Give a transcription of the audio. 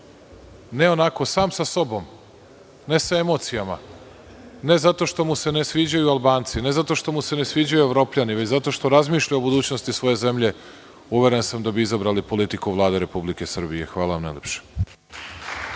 ne onako sam sa sobom, ne sa emocijama, ne zato što mu se ne sviđaju Albanci, ne zato što mu se ne sviđaju Evropljani, već zato što razmišlja o budućnosti svoje zemlje, uveren sam da bi izabrali politiku Vlade Republike Srbije. Hvala. **Nenad